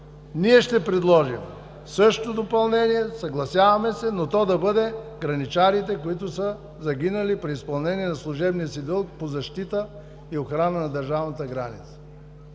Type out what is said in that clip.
Ние ще предложим също допълнение, съгласяваме се, но то бъде граничарите, които са загинали при изпълнение на служебния си дълг по защита и охрана на държавната граница.